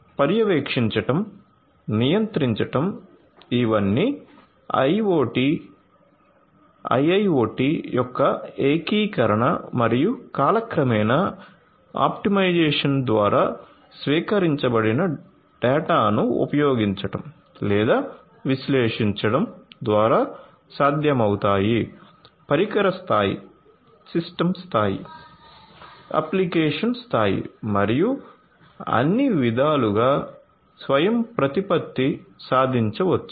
పర్యవేక్షించడం నియంత్రించడం ఇవన్నీ IIoT యొక్క ఏకీకరణ మరియు కాలక్రమేణా ఆప్టిమైజేషన్ ద్వారా స్వీకరించబడిన డేటాను ఉపయోగించడం లేదా విశ్లేషించడం ద్వారా సాధ్యమవుతాయి పరికర స్థాయి సిస్టమ్ స్థాయి అప్లికేషన్ స్థాయి మరియు అన్ని విధాలుగా స్వయంప్రతిపత్తి సాధించవచ్చు